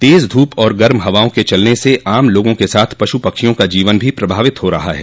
तेज धूप और गर्म हवाओं के चलने से आम लोगों के साथ पश्र पक्षियों का जीवन भी प्रभावित हो रहा है